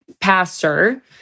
pastor